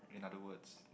in other words